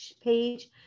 page